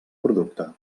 producte